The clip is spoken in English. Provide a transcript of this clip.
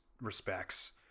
respects